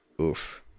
oof